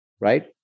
right